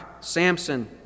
Samson